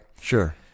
Sure